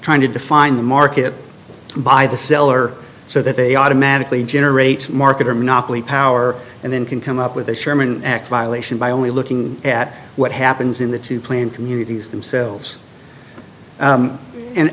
trying to define the market by the seller so that they automatically generate market or monopoly power and then can come up with a sherman act violation by only looking at what happens in the two plan communities themselves